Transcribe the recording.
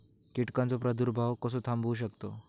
कीटकांचो प्रादुर्भाव कसो थांबवू शकतव?